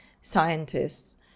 scientists